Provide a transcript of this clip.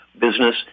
business